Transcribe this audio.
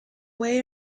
way